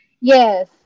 Yes